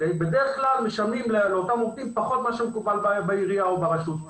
בדרך כלל משלמים לאותם עובדים פחות ממה שמקובל בעירייה או ברשות,